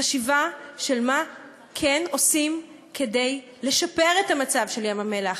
חשיבה על מה כן עושים כדי לשפר את המצב של ים-המלח,